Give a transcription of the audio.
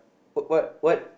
w~ what what